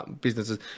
businesses